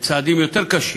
לצעדים יותר קשים,